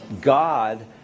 God